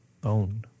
Bone